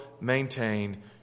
maintain